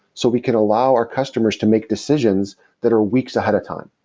so we can allow our customers to make decisions that are weeks ahead of time.